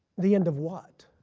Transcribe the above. the end of what?